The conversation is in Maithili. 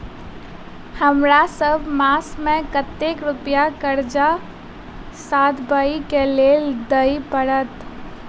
हमरा सब मास मे कतेक रुपया कर्जा सधाबई केँ लेल दइ पड़त?